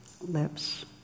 lips